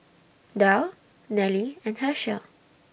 Darl Nelly and Hershel